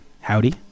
Howdy